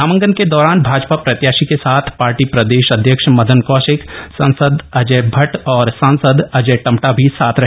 नामांकन के दौरान भाजपा प्रत्याशी के साथ पार्टी प्रदेश अध्यक्ष मदन कौशिक सांसद अजय भट्ट और सांसद अजय टम्टा भी साथ रहे